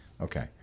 Okay